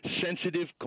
sensitive